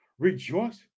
rejoice